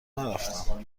نرفتم